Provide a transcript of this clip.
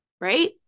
Right